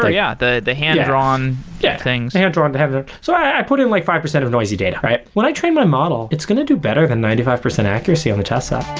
yeah. the the hand-drawn yeah things yeah. hand-drawn to have that. so i put in like five percent of noisy data, right? when i train my model, it's going to do better than ninety five percent accuracy on the test side